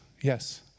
yes